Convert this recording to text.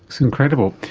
it's incredible.